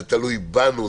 זה תלוי בנו,